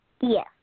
Yes